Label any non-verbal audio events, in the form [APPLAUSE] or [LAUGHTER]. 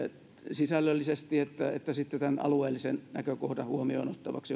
sisällöllisesti että että tämän alueellisen näkökohdan huomioon ottavaksi [UNINTELLIGIBLE]